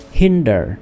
hinder